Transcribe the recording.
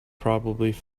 probably